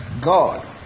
God